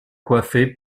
coiffée